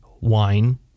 wine